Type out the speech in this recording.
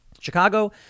Chicago